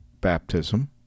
baptism